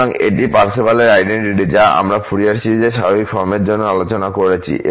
সুতরাং এটি ছিল পার্সেভালের আইডেন্টিটি যা আমরা ফুরিয়ার সিরিজের স্বাভাবিক ফর্মের জন্য আলোচনা করেছি